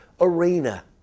arena